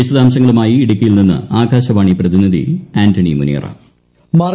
വിശദാംശങ്ങളുമായി ഇടുക്കിയിൽ നിന്ന് ആകാശവാണി പ്രതിനിധി ആന്റണി മുനിയറ